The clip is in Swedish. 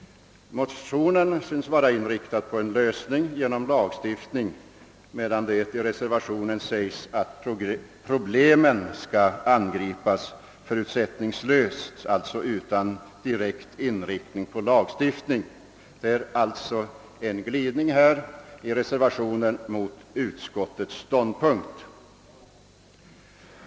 Motionen synes vara inriktad på en lösning genom lagstiftning, medan det i reservationen sägs att problemen skall angripas förutsättningslöst, d. v. s. utan direkt inriktning på lagstiftning. Det finns i reservationen alltså en glidning mot utskottets ståndpunkt.